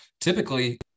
typically